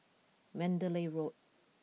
Mandalay Road